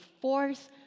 force